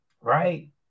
right